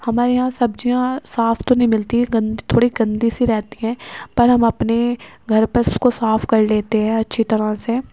ہمارے یہاں سبزیاں صاف تو نہیں ملتی ہیں گندی تھوڑی گندی سی رہتی ہیں پر ہم اپنے گھر پر اس کو صاف کر لیتے ہیں اچھی طرح سے